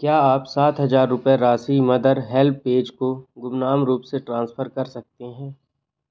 क्या आप सात हज़ार रुपये राशि मदर हेल्पऐज को गुमनाम रूप से ट्रांसफ़र कर सकते हैं